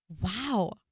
Wow